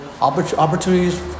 Opportunities